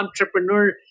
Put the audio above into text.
entrepreneur